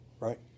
Right